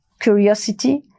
curiosity